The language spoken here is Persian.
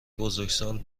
بزرگسال